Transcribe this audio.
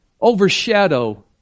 overshadow